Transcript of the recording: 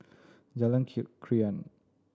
Jalan Krian